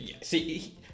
see